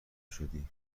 شدی